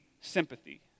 sympathy